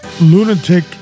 lunatic